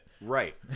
Right